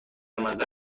منظر